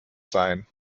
sein